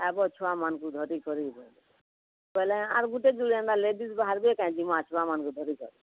ଆଇବ ଛୁଆମାନଙ୍କୁ ଧରିକରି ବୋଇଲେ ବୋଇଲେ ଆର ଗୁଟେ ଯୁଡ଼େ ଏନ୍ତା ଲେଡ଼ିଜ ବାହାରବେ କାଇଁ ଯେ ମା' ଛୁଆମାନଙ୍କୁ ଧରିକରି